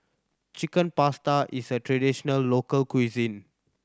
Chicken Pasta is a traditional local cuisine